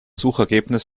suchergebnis